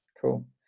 cool